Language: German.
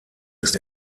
ist